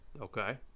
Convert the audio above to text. Okay